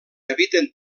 habiten